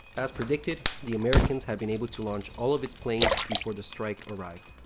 as predicted, the americans have been able to launch all of its planes before the strike arrived.